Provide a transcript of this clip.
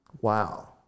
Wow